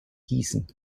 gießen